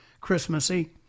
Christmassy